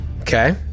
Okay